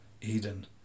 Eden